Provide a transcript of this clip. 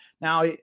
Now